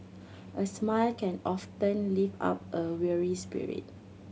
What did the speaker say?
a smile can often lift up a weary spirit